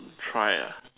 try ah